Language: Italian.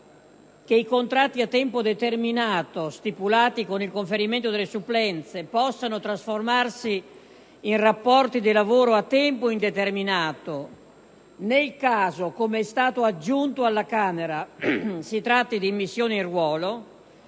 che i contratti a tempo determinato, stipulati con il conferimento delle supplenze, possano trasformarsi in rapporti di lavoro a tempo indeterminato nel caso - con una norma aggiunta alla Camera - si tratti di immissione in ruolo,